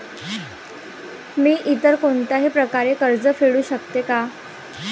मी इतर कोणत्याही प्रकारे कर्ज फेडू शकते का?